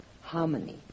harmony